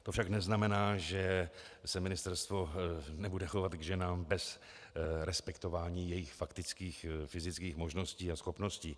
To však neznamená, že se ministerstvo nebude chovat k ženám bez respektování jejich faktických fyzických možností a schopností.